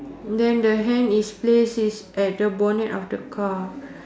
then the hand is placed is at the bonnet of the car